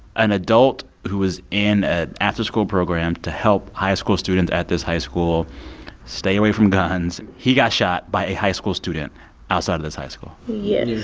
an adult who was in an after-school program to help high school students at this high school stay away from guns, he got shot by a high school student outside of this high school yes